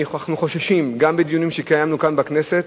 אנחנו חוששים, גם בדיונים שקיימנו כאן בכנסת,